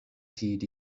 hyd